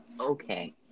Okay